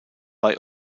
bei